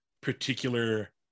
particular